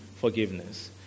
Forgiveness